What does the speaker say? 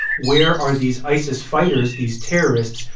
where are these isis fighters, these terrorists,